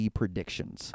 predictions